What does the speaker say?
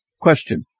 Question